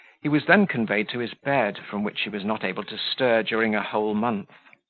he was then conveyed to his bed, from which he was not able to stir during a whole month.